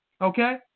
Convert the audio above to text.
Okay